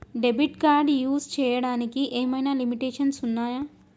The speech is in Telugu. డెబిట్ కార్డ్ యూస్ చేయడానికి ఏమైనా లిమిటేషన్స్ ఉన్నాయా?